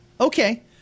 Okay